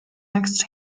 next